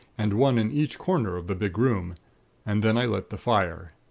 and one in each corner of the big room and then i lit the fire.